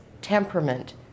temperament